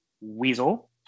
Weasel